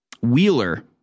Wheeler